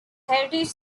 heritage